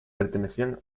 pertenecían